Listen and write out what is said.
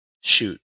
Shoot